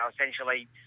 essentially